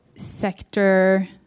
sector